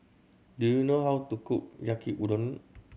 do you know how to cook Yaki Udon